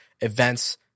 events